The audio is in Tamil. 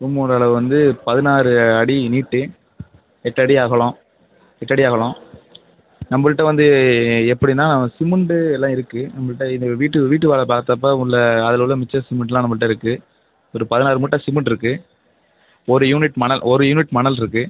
ரூமோட அளவு வந்து பதினாறு அடி நீட்டு எட்டடி அகலம் எட்டடி அகலம் நம்பள்ட்ட வந்து எப்படின்னா சிமெண்ட்டு எல்லாம் இருக்குது நம்மள்ட்ட இந்த வீட்டு வீட்டு வேலை பார்த்தப்ப உள்ள அதில் உள்ள மிச்சம் சிமெண்ட்டுலாம் நம்மள்ட்ட இருக்குது ஒரு பதினாறு மூட்டை சிமெண்ட்டுருக்கு ஒரு யூனிட் மணல் ஒரு யூனிட் மணலிருக்கு